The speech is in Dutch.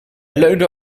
leunde